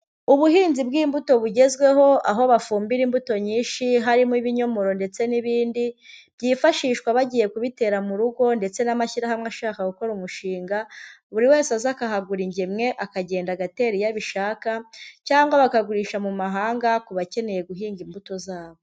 Ubuhinzi bw'imbuto bugezweho aho bafumbira imbuto nyinshi harimo ibinyomoro ndetse n'ibindi, byifashishwa bagiye kubitera mu rugo ndetse n'amashyirahamwe ashaka gukora umushinga buri wese aza akahagura ingemwe akagenda agatera iyo abishaka cyangwa bakagurisha mu mahanga ku bakeneye guhinga imbuto zabo.